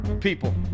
people